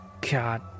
God